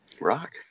Rock